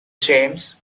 james